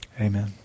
Amen